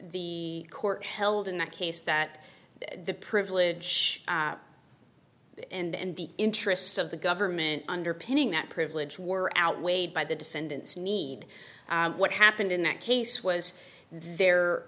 the court held in that case that the privilege and the interests of the government underpinning that privilege were outweighed by the defendant's need what happened in that case was there